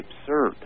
absurd